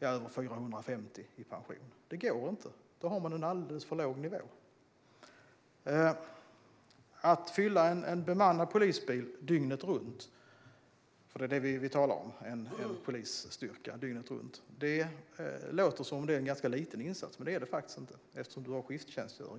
över 450 samtidigt går i pension. Det går inte, utan då har man en alldeles för låg nivå. Att fylla en bemannad polisbil dygnet runt, för det är vad vi talar om - en polisstyrka dygnet runt - låter som en ganska liten insats, men det är det faktiskt inte eftersom de har skifttjänstgöring.